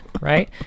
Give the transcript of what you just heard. Right